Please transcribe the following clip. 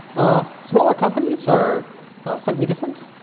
smaller companies are slightly different.